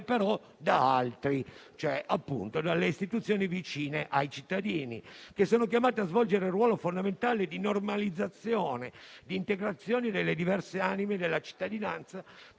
però da altri, cioè dalle istituzioni vicine ai cittadini che sono chiamate a svolgere il ruolo fondamentale di normalizzazione ed integrazione delle diverse anime della cittadinanza